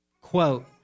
Quote